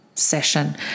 session